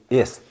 Yes